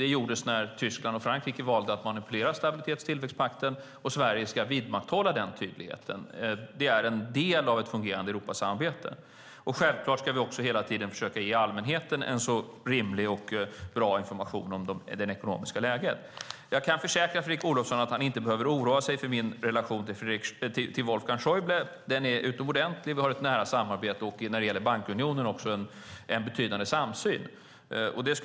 Det gjordes när Tyskland och Frankrike valde att manipulera stabilitets och tillväxtpakten, och Sverige ska vidmakthålla den tydligheten. Det är en del av ett fungerande Europasamarbete, och självklart ska vi också hela tiden försöka ge allmänheten en så rimlig och bra information om det ekonomiska läget som möjligt. Jag kan försäkra Fredrik Olovsson om att han inte behöver oroa sig för min relation till Wolfgang Schäuble. Den är utomordentlig. Vi har ett nära samarbete och när det gäller bankunionen också en betydande samsyn.